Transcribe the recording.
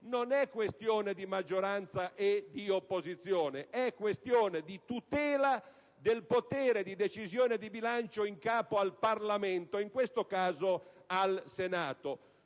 Non è una questione di maggioranza e di opposizione, ma una questione di tutela del potere di decisione di bilancio in capo al Parlamento e, in questo caso, al Senato.